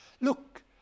Look